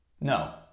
no